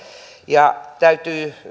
ja